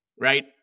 right